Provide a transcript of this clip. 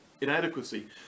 inadequacy